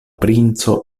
princo